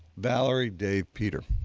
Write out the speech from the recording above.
valerie, dave, peter,